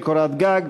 נמנע אחד.